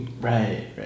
right